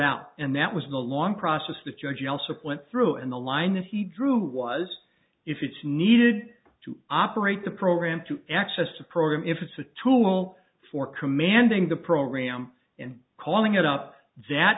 out and that was the long process the judge also point through and the line that he drew was if it's needed to operate the program to access the program if it's a tool for commanding the program and calling it out that